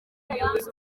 umuyobozi